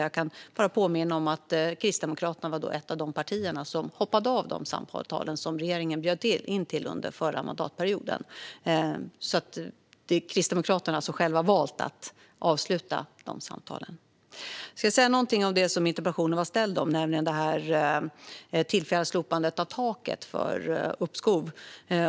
Jag kan bara påminna om att Kristdemokraterna var ett av de partier som hoppade av de samtal som regeringen bjöd in till under förra mandatperioden. Kristdemokraterna har alltså själva valt att avsluta de samtalen. Jag ska säga något om det som interpellationen handlar om, nämligen det tillfälliga slopandet av taket för uppskov.